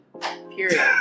period